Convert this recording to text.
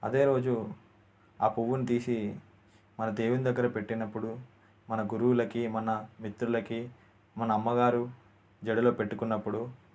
అదే రోజు ఆ పువ్వుని తీసి మన దేవుని దగ్గర పెట్టినప్పుడు మన గురువులకి మన మిత్రులకి మన అమ్మగారు జడలో పెట్టుకున్నప్పుడు